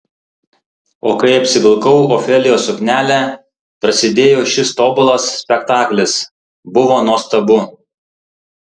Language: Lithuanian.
o kai apsivilkau ofelijos suknelę prasidėjo šis tobulas spektaklis buvo nuostabu